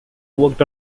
worked